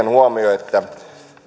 huomiota